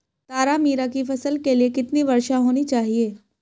तारामीरा की फसल के लिए कितनी वर्षा होनी चाहिए?